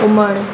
हुमण